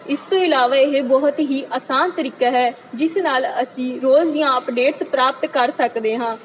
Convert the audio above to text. ਇਸ ਤੋਂ ਇਲਾਵਾ ਇਹ ਬਹੁਤ ਹੀ ਆਸਾਨ ਤਰੀਕਾ ਹੈ ਜਿਸ ਨਾਲ ਅਸੀਂ ਰੋਜ਼ ਦੀਆਂ ਅਪਡੇਟਸ ਪ੍ਰਾਪਤ ਕਰ ਸਕਦੇ ਹਾਂ